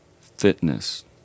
fitness